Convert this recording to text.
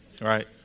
right